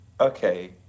Okay